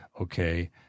okay